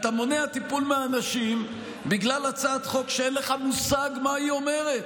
אתה מונע טיפול באנשים בגלל הצעת חוק שאין לך מושג מה היא אומרת.